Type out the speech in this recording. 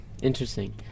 interesting